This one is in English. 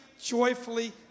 joyfully